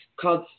called